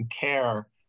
care